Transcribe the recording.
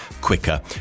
quicker